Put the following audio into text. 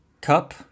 cup